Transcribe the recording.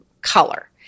color